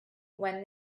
when